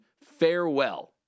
Farewell